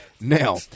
now